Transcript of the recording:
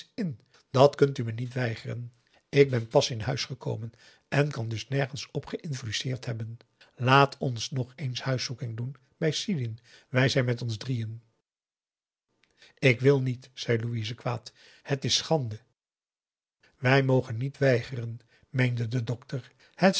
in dat kunt u me niet weigeren ik ben pas in huis gekomen en kan dus nergens op geïnfluenceerd hebben laat ons p a daum de van der lindens c s onder ps maurits nog eens huiszoeking doen bij sidin wij met ons drieën ik wil niet zei louise kwaad het is schande wij mogen niet weigeren meende de dokter het